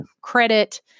credit